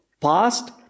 past